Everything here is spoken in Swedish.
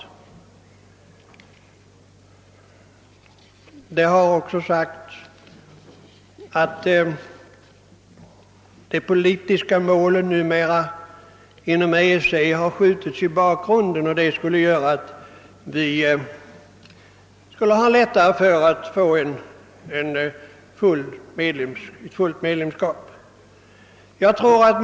Det har också hävdats att det politiska målet inom EEC numera har skjutits i bakgrunden och att detta skulle innebära att vi nu lättare skulle kunna erhålla fullt medlemskap i organisationen.